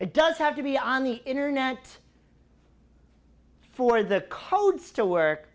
it does have to be on the internet for the codes to work